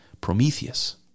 Prometheus